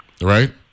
right